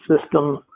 System